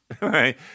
Right